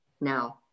now